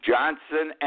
Johnson